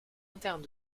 interne